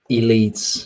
elites